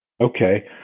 Okay